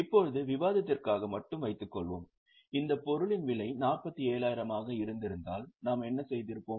இப்போது விவாதத்திற்காக மட்டும் வைத்துக்கொள்வோம் இந்த பொருளின் விலை 47000 ஆக இருந்திருந்தால் நாம் என்ன செய்திருப்போம்